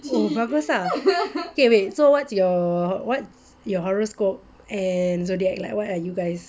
bagus lah K wait so what's your what's your horoscope and zodiac like what are you guys